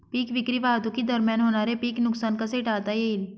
पीक विक्री वाहतुकीदरम्यान होणारे पीक नुकसान कसे टाळता येईल?